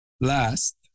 Last